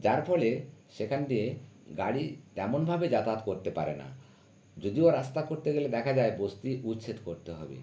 যার ফলে সেখান দিয়ে গাড়ি তেমনভাবে যাতায়াত করতে পারে না যদিও রাস্তা করতে গেলে দেখা যায় বস্তি উচ্ছেদ করতে হবে